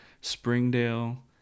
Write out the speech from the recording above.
Springdale